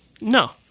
No